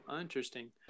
interesting